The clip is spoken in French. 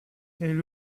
elle